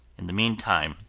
in the meantime,